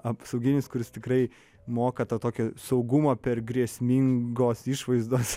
apsauginis kuris tikrai moka tą tokį saugumą per grėsmingos išvaizdos